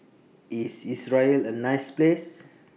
IS Israel A nice Place